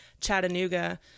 chattanooga